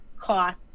cost